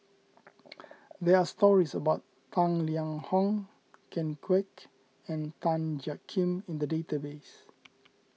there are stories about Tang Liang Hong Ken Kwek and Tan Jiak Kim in the database